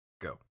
go